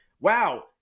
wow